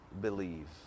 believe